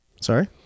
Sorry